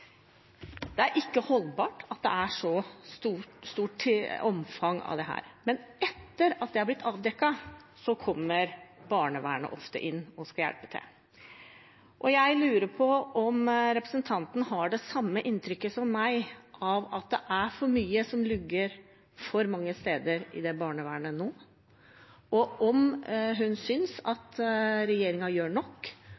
Det er ikke holdbart at det er et så stort omfang av dette. Men etter at dette har blitt avdekket, kommer barnevernet ofte inn og skal hjelpe til. Jeg lurer på om representanten har det samme inntrykket som jeg, at det er for mye som lugger for mange steder i barnevernet nå, og om hun